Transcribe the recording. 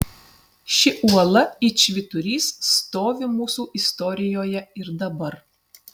ši uola it švyturys stovi mūsų istorijoje ir dabar